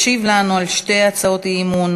ישיב לנו על שתי הצעות האי-אמון,